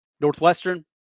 Northwestern